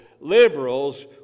liberals